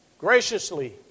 graciously